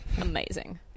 amazing